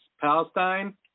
Palestine